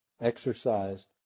exercised